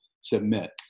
submit